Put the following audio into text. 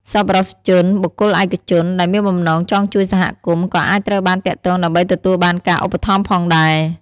សប្បុរសជន បុគ្គលឯកជនដែលមានបំណងចង់ជួយសហគមន៍ ក៏អាចត្រូវបានទាក់ទងដើម្បីទទួលបានការឧបត្ថម្ភផងដែរ។